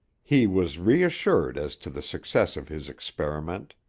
he was reassured as to the success of his experiment.